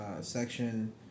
section